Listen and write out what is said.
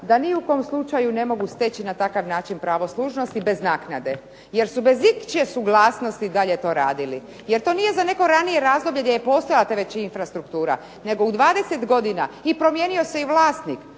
da ni u kom slučaju ne mogu steći na takav način pravo služnosti bez naknade jer su bez ičije suglasnosti dalje to radili, jer to nije za neko ranije razdoblje gdje je postojala ta već infrastruktura nego u 20 godina i promijenio se i vlasnik.